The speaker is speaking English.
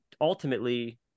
ultimately